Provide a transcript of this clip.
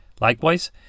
Likewise